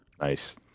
Nice